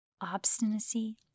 obstinacy